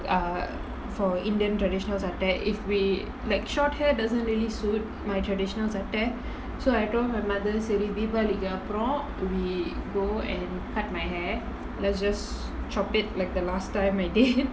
err for indian traditional at a if we like short hair doesn't really suit my traditional at a so I told my mother சரி:sari deepavali கு அப்புறம்:ku appuram we go and cut my hair let's just chop it like the last time I did